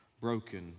broken